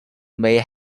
may